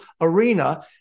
arena